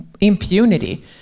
impunity